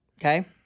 Okay